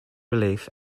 relief